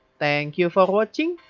thank you for watching.